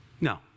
No